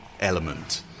element